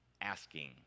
asking